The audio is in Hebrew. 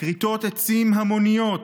כריתות עצים המוניות,